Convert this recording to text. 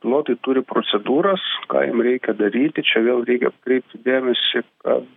pilotai turi procedūras ką jiem reikia daryti čia vėl reikia atkreipti dėmesį kad